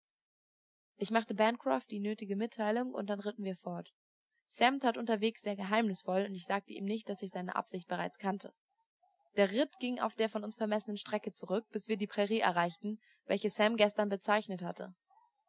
ich machte bancroft die nötige mitteilung und dann ritten wir fort sam tat unterwegs sehr geheimnisvoll und ich sagte ihm nicht daß ich seine absicht bereits kannte der ritt ging auf der von uns vermessenen strecke zurück bis wir die prairie erreichten welche sam gestern bezeichnet hatte